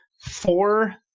four